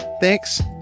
Thanks